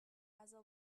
غذا